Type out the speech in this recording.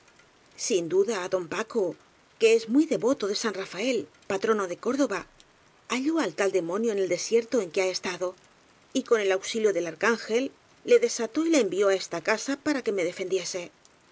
sin duda don paco que es muy devoto de san rafael patrono de córdoba halló al tal demonio en el desierto en que ha estado y con el auxilio del arcángel le desató y le envió á esta casa para que me defendiese por él